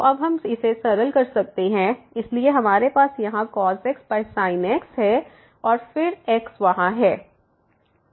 तो अब हम इसे सरल कर सकते हैं इसलिए हमारे पास यहाँ cos x sin x है और फिर x वहां है